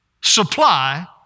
supply